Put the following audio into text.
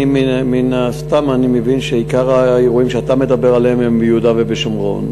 מן הסתם אני מבין שעיקר האירועים שאתה מדבר עליהם הם ביהודה ובשומרון,